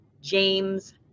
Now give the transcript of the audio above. James